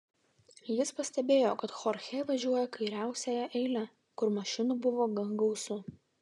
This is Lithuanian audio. jis pastebėjo kad chorchė važiuoja kairiausiąja eile kur mašinų buvo gan gausu